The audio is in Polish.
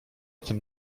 tym